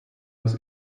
was